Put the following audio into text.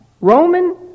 Roman